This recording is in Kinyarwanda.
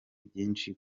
byinshi